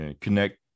connect